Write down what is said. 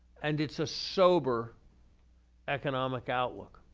and it's a sober economic outlook.